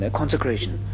consecration